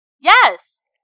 Yes